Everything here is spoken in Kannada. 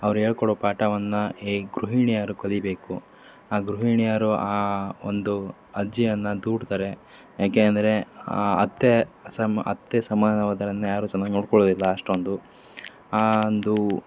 ಅವ್ರು ಹೇಳ್ಕೊಡೋ ಪಾಠವನ್ನು ಈ ಗೃಹಿಣಿಯರು ಕಲೀಬೇಕು ಆ ಗೃಹಿಣಿಯರು ಆ ಒಂದು ಅಜ್ಜಿಯನ್ನು ದೂಡ್ತಾರೆ ಯಾಕೆ ಅಂದರೆ ಆ ಅತ್ತೆ ಸಮ ಅತ್ತೆ ಸಮಾನವಾದ್ರನ್ನು ಯಾರೂ ಚೆನ್ನಾಗಿ ನೋಡ್ಕೊಳ್ಳೋದಿಲ್ಲ ಅಷ್ಟೊಂದು ಆ ಒಂದು